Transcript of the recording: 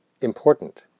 important